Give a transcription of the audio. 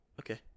Okay